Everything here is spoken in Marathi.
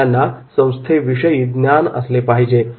त्यांना संस्थेविषयी ज्ञान असणे गरजेचे आहे